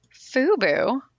fubu